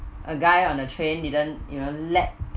a guy on the train didn't you know let